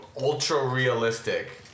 ultra-realistic